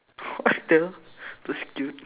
what the that's cute